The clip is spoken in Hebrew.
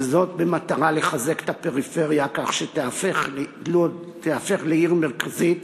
וזאת במטרה לחזק את הפריפריה כך שלוד תיהפך לעיר מרכזית